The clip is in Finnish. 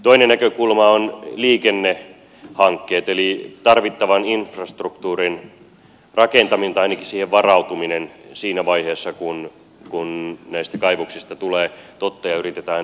toinen näkökulma ovat liikennehankkeet eli tarvittavan infrastruktuurin rakentaminen tai ainakin siihen varautuminen siinä vaiheessa kun näistä kaivoksista tulee totta ja yritetään louhia